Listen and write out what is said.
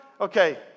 Okay